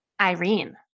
Irene